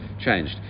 changed